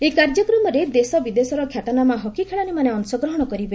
ଏହି କାର୍ଯ୍ୟକ୍ରମରେ ଦେଶ ବିଦେଶର ଖ୍ୟାତନାମା ହକି ଖେଳାଳିମାନେ ଅଂଶଗ୍ରହଶ କରିବେ